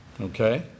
Okay